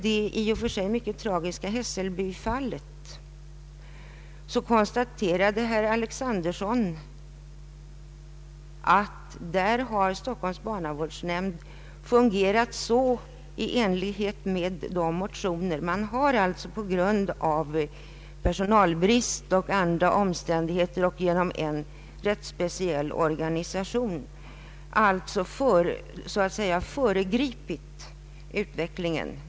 När vi tog del av det mycket tragiska Hässelby-fallet konstaterade herr Alexanderson att Stockholms barnavårdsnämnd fungerat i enlighet med syftet i dessa motioner. Man har alltså, beroende på personalbrist och andra omständigheter och genom en rätt speciell organisation, så att säga föregripit utvecklingen.